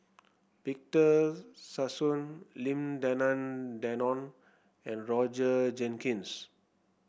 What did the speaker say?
Victor Sassoon Lim Denan Denon and Roger Jenkins